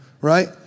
right